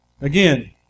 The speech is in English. Again